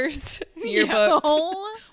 yearbooks